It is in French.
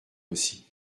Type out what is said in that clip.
aussi